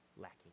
lacking